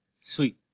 Sweet